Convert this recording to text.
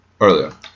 earlier